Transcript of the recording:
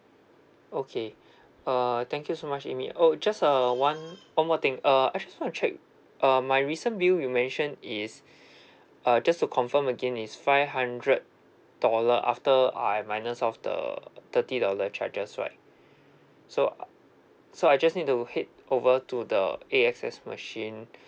okay uh thank you so much amy oh just a one one more thing uh I just want to check uh my recent bill you mention is uh just to confirm again is five hundred dollar after I minus off the thirty dollar charges right so so I just need to head over to the A_X_S machine